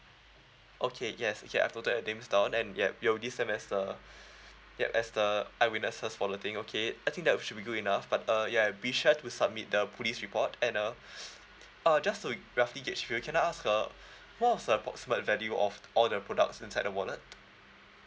okay yes okay I've noted their names down and ya your this same as the ya as the eyewitnesses for the thing okay I think that should be good enough but uh ya be sure to submit the police report and uh uh just to roughly gauge for you can I ask uh what's the approximate value of all the products inside the wallet